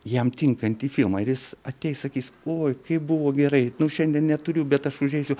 jam tinkantį filmą ir jis ateis sakys oi kaip buvo gerai nu šiandien neturiu bet aš užeisiu